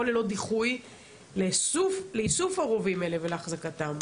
ללא דיחוי לאיסוף הרובים האלה ולהחזקתם,